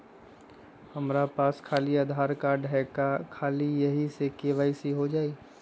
हमरा पास खाली आधार कार्ड है, का ख़ाली यही से के.वाई.सी हो जाइ?